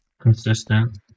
consistent